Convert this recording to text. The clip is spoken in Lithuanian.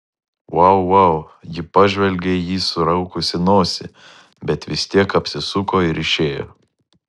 vau vau ji pažvelgė į jį suraukusi nosį bet vis tiek apsisuko ir išėjo